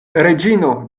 reĝino